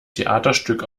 theaterstück